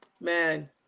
Man